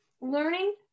learning